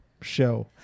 Show